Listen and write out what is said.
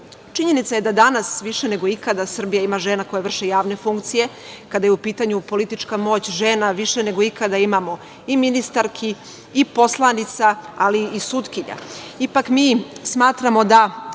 je da danas više nego ikada Srbija ima žena koje vrše javne funkcije. Kada je u pitanju politička moć žena više nego ikada imamo i ministarki i poslanica, ali i sutkinja.